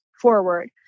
forward